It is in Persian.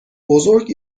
بزرگ